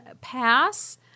PASS